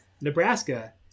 Nebraska